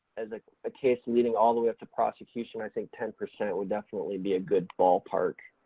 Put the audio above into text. as a case leading all the way up to prosecution, i think ten percent would definitely be a good ballpark.